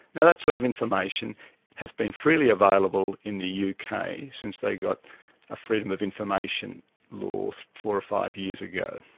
now that sort of information has been freely available in the uk kind of since they got a freedom of information law four or five years ago,